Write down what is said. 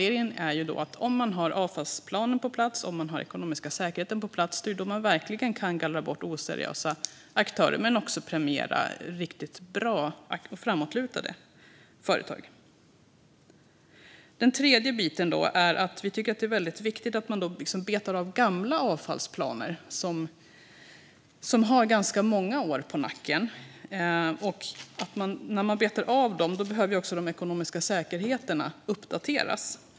Det är nämligen när avfallsplanen och den ekonomiska säkerheten är på plats som man verkligen kan gallra bort oseriösa aktörer men också premiera riktigt bra och framåtlutade företag. Den tredje biten gäller att det är viktigt att man betar av gamla avfallsplaner som har ganska många år på nacken. Då behöver också de ekonomiska säkerheterna uppdateras.